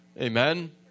Amen